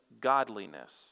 godliness